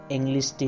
English